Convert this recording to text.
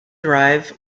drive